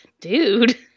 dude